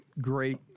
great